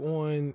on